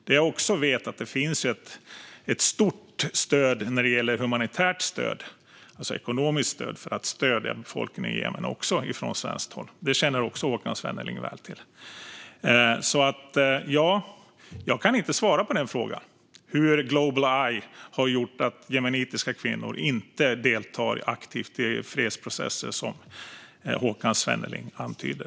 Det jag också vet är att det finns ett stort stöd när det gäller det humanitära, alltså ekonomiskt stöd till befolkningen i Jemen, från svenskt håll. Det känner också Håkan Svenneling väl till. Jag kan alltså inte svara på frågan om huruvida Global Eye har gjort att jemenitiska kvinnor inte deltar aktivt i fredsprocesser, som Håkan Svenneling antyder.